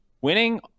winning